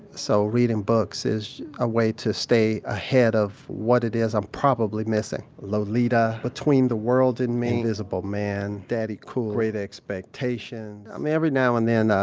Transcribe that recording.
so reading books is just a way to stay ahead of what it is i'm probably missing. lolita. between the world and me. invisible man daddy cool. great expectations. i mean, every now and then,